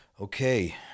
Okay